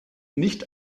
nicht